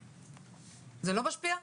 זה לא משפיע?